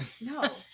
No